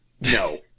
no